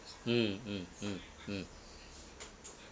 mm mm mm mm